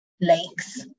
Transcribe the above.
lakes